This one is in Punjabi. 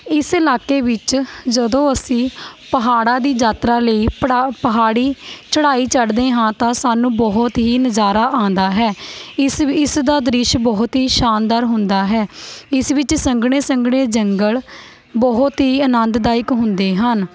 ਇਸ ਇਲਾਕੇ ਵਿੱਚ ਜਦੋਂ ਅਸੀਂ ਪਹਾੜਾਂ ਦੀ ਯਾਤਰਾ ਲਈ ਪੜਾ ਪਹਾੜੀ ਚੜਾਈ ਚੜ੍ਹਦੇ ਹਾਂ ਤਾਂ ਸਾਨੂੰ ਬਹੁਤ ਹੀ ਨਜ਼ਾਰਾ ਆਉਂਦਾ ਹੈ ਇਸ ਇਸ ਦਾ ਦ੍ਰਿਸ਼ ਬਹੁਤ ਹੀ ਸ਼ਾਨਦਾਰ ਹੁੰਦਾ ਹੈ ਇਸ ਵਿੱਚ ਸੰਘਣੇ ਸੰਘਣੇ ਜੰਗਲ ਬਹੁਤ ਹੀ ਅਨੰਦਦਾਇਕ ਹੁੰਦੇ ਹਨ